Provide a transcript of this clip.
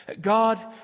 God